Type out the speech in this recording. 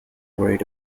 worried